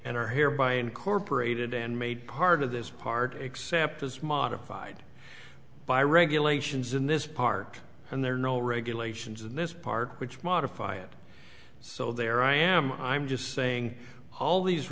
and are hereby incorporated and made part of this part except as modified by regulations in this park and there are no regulations in this part which modify it so there i am i'm just saying all these